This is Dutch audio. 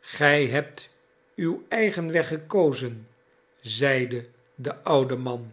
gij hebt uw eigen weg gekozen zeide de oude man